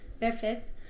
perfect